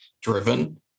driven